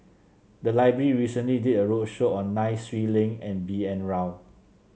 the library recently did a roadshow on Nai Swee Leng and B N Rao